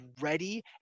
ready